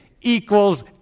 equals